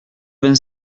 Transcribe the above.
vingt